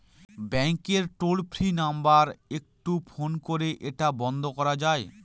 ব্যাংকের toll free number একটু phone করে এটা বন্ধ করা যায়?